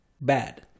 Bad